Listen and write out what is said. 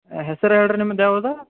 ಹೆಸ್ರು ಹೇಳಿರಿ ನಿಮ್ದು ಯಾವುದು